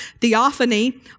theophany